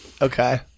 Okay